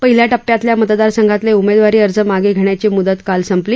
पहिल्या टप्प्यातल्या मतदारसंघांतले उमेदवारी अर्ज मागे घेण्याची मुदत काल संपली